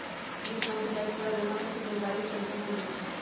वित्त मंत्री आज पूरा जमा कर के जानकारी संसद मे देलथिन